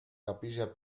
capilla